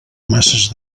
masses